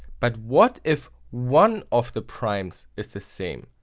but what if one of the primes is the same.